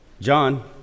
John